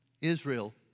Israel